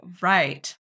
right